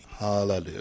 Hallelujah